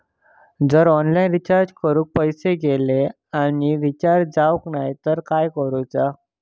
जर online recharge करून पैसे गेले आणि रिचार्ज जावक नाय तर काय करूचा?